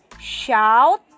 shout